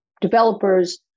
developers